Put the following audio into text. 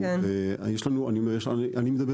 אני מדבר